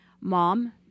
Mom